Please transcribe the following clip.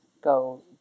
go